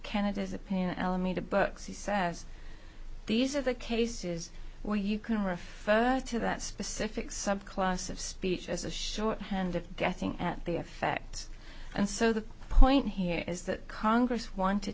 kennedy's opinion alameda books he says these are the cases where you can refer to that specific subclass of speech as a shorthand of getting at the effect and so the point here is that congress wanted